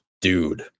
dude